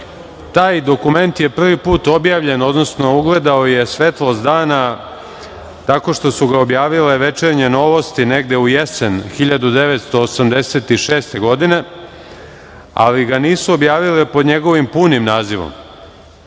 dokument je prvi put objavljen, odnosno ugledao je svetlost dana tako što su ga objavile „Večernje novosti“ negde u jesen 1986. godine, ali ga nisu objavile pod njegovim punim nazivom.